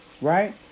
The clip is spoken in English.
right